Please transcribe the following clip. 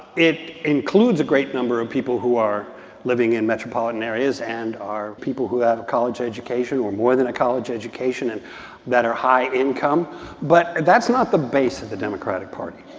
it includes a great number of people who are living in metropolitan areas and are people who have a college education or more than a college education and that are high-income. but that's not the base of the democratic party.